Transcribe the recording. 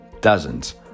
dozens